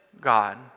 God